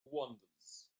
wanders